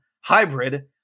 hybrid